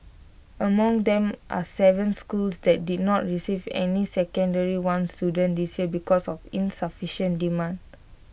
among them are Seven schools that did not receive any secondary one students this year because of insufficient demand